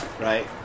right